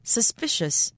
Suspicious